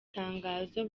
tangazo